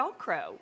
Velcro